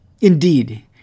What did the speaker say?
Indeed